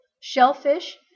shellfish